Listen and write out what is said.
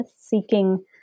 seeking